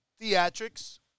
theatrics